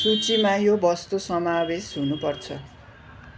सूचीमा यो वस्तु समावेश हुनु पर्छ